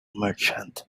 merchant